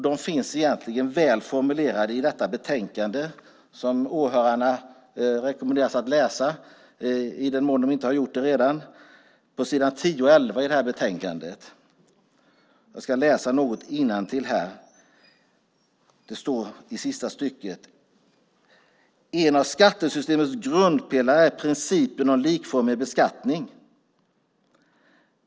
De finns egentligen väl formulerade på s. 10 och 11 i det här betänkandet, som åhörarna rekommenderas att läsa i den mån de inte har gjort det redan. Jag ska läsa innantill: "En av skattesystemets grundpelare är principen om likformig beskattning.